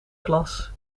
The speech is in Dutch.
klas